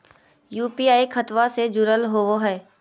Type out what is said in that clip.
UPI खतबा से जुरल होवे हय?